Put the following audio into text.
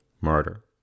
murder